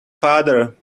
father